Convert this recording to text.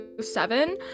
seven